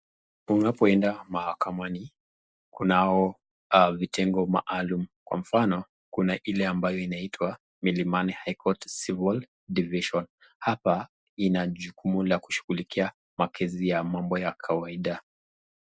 Unapoenda mahakamani, kunao vitengo maalum, kwa mfano, kuna ile ambayo inaitwa Milimani High Court Civil Division . Hapa ina jukumu ya kushughulikia makesi ya mambo ya kawaida.